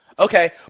Okay